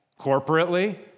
corporately